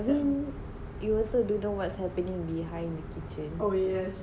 you also don't know what's happening behind the kitchen